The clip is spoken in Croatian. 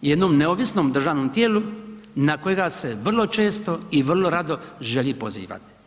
jednom neovisnom državnom tijelu na kojega se vrlo često i vrlo rado želi pozivati.